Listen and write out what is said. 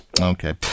Okay